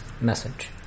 message